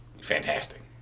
fantastic